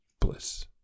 Bliss